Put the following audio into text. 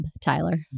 Tyler